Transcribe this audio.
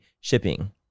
shipping